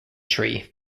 tree